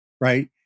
right